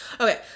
Okay